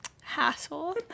hassle